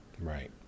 Right